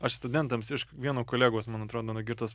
aš studentams iš vieno kolegos man atrodo nugirtas